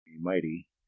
mighty